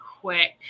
quick